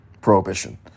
prohibition